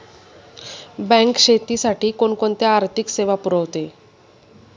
Bank शेतीसाठी कोणकोणत्या आर्थिक सेवा पुरवते?